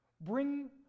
Bring